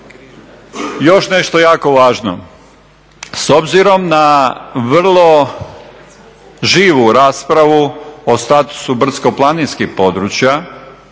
Još nešto jako važno. S obzirom na vrlo živu raspravu o statusu brdsko-planinskih područja